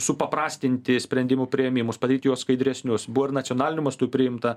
supaprastinti sprendimų priėmimus padaryt juos skaidresnius buvo ir nacionaliniu mastu priimta